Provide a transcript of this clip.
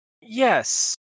Yes